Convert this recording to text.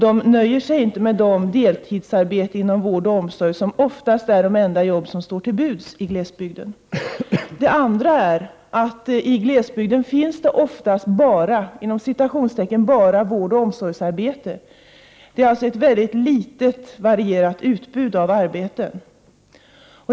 De nöjer sig inte med de deltidsarbeten inom vård och omsorg som oftast är de enda jobb som står till buds i glesbygden. Det andra är att det i glesbygden oftast finns ”bara” vårdoch omsorgsarbeten. Det är alltså ett väldigt litet varierat utbud av arbeten.